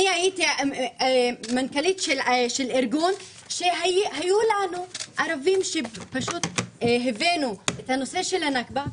אני הייתי עם מנכ"ל של ארגון שהיו לנו ערבים שבהם עסקנו בנושא הנכבה.